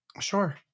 Sure